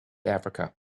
africa